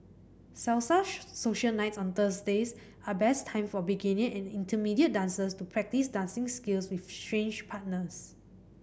salsa social nights on Thursdays are best time for beginner and intermediate dancers to practice dancing skills with strange partners